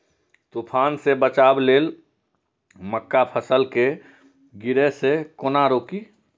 तुफान से बचाव लेल मक्का फसल के गिरे से केना रोकी?